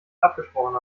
abgesprochen